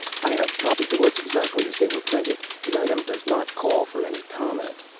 i have copied the words exactly as they were printed. the item does not call for any comment.